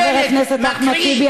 חבר הכנסת אחמד טיבי,